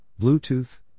Bluetooth